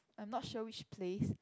I'm not sure which place